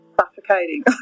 suffocating